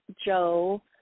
Joe